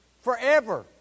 Forever